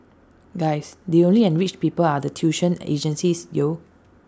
guys the only enriched people are the tuition agencies yo